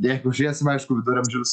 jeigu žiūrėsim aišku viduramžius